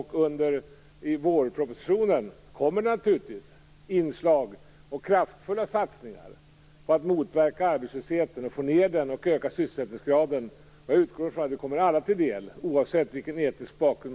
I vårpropositionen kommer naturligtvis också olika inslag och kraftfulla satsningar när det gäller att motverka och att få ned arbetslösheten samt att öka sysselsättningsgraden. Jag utgår från att detta kommer alla till del, oavsett etnisk bakgrund.